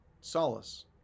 solace